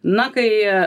na kai